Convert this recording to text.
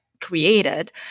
created